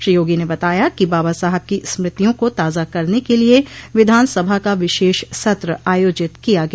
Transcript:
श्री योगी ने बताया कि बाबा साहब की स्मृतियों को ताजा करने के लिये विधानसभा का विशेष सत्र आयोजित किया गया